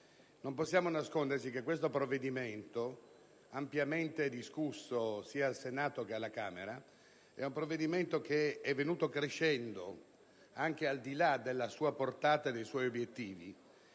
Non possiamo nasconderci che questo provvedimento, ampiamente discusso sia al Senato che alla Camera, è andato crescendo, anche al di là della sua portata originaria e dei suoi obiettivi: